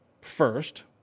first